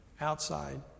outside